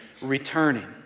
returning